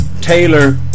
Taylor